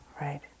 right